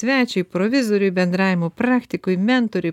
svečiui provizoriui bendravimo praktikui mentoriui